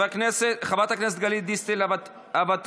חברת הכנסת גלית דיסטל אטבריאן.